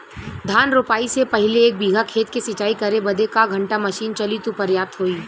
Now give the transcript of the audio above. धान रोपाई से पहिले एक बिघा खेत के सिंचाई करे बदे क घंटा मशीन चली तू पर्याप्त होई?